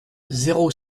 zéro